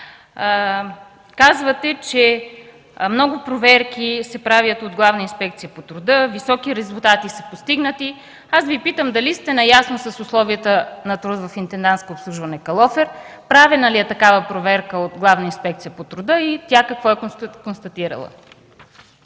казвате, че много проверки се правят от Главна инспекция по труда, високи резултати са постигнати, аз Ви питам дали сте наясно с условията на труд в „Интендантско обслужване – клон Калофер”, правена ли е такава проверка от Главна инспекция по труда и тя какво е констатирала?